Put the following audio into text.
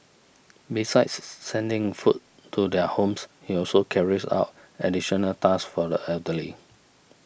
besides sending food to their homes he also carries out additional tasks for the elderly